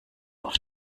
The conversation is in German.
auf